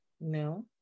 no